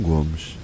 Gomes